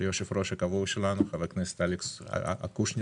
ליושב-ראש הקבוע שלנו חברי חבר הכנסת אלכס קושניר.